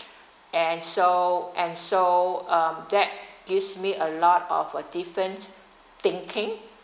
and so and so um that gives me a lot of different thinking